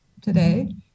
today